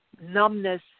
numbness